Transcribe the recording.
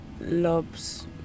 Loves